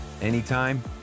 anytime